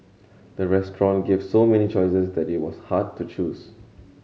the restaurant gave so many choices that it was hard to choose